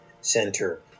Center